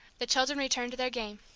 the children returned to their game.